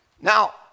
Now